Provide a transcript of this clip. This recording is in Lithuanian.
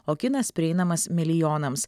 o kinas prieinamas milijonams